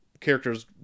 characters